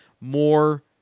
more